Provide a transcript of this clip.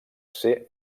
ser